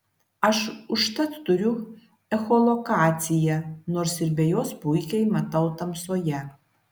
aš užtat turiu echolokaciją nors ir be jos puikiai matau tamsoje